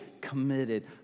committed